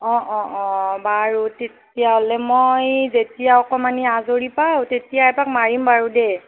অঁ অঁ অঁ বাৰু তেতিয়াহ'লে মই যেতিয়া অকণমান আজৰি পাওঁ তেতিয়া এপাক মাৰিম বাৰু দে